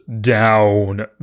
down